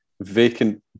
vacant